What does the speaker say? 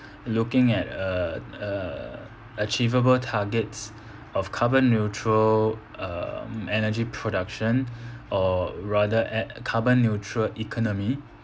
looking at uh uh achievable targets of carbon neutral um energy production or rather at carbon neutral economy